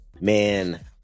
Man